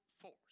force